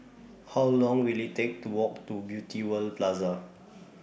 How Long Will IT Take to Walk to Beauty World Plaza